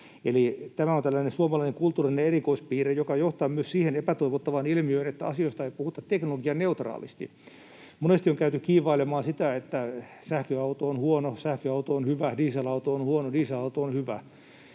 tällainen suomalainen kulttuurinen erikoispiirre, joka johtaa myös siihen epätoivottavaan ilmiöön, että asioista ei puhuta teknologianeutraalisti. Monesti on käyty kiivailemaan sitä, että sähköauto on huono, sähköauto on hyvä, dieselauto on huono, dieselauto on hyvä